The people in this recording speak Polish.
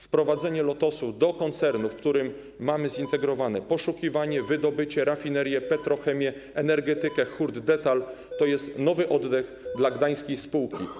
Wprowadzenie Lotosu do koncernu, w którym mamy zintegrowane poszukiwanie, wydobycie, rafinerię, petrochemię, energetykę, hurt, detal, to jest nowy oddech dla gdańskiej spółki.